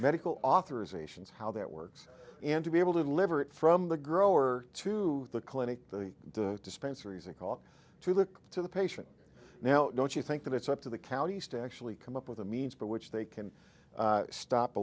medical authorizations how that works and to be able to deliver it from the grower to the clinic dispensary zick ought to look to the patient now don't you think that it's up to the counties to actually come up with a means by which they can stop